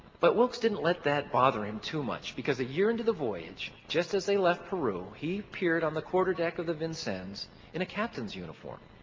but wilkes didn't let that bother him too much because a year into the voyage, just as they left peru, he appeared on the quarterdeck of the vincennes in a captain's uniform.